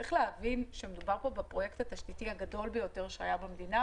צריך להבין שמדובר בפרויקט התשתיתי הגדול ביותר שהיה במדינה,